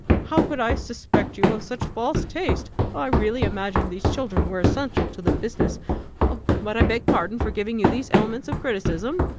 how could i suspect you of such false taste! i really imagined these children were essential to the business but i beg pardon for giving you these elements of criticism.